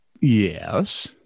Yes